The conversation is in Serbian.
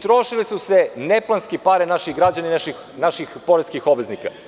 Trošile su se neplanski pare naših građanina, naših poreskih obveznika.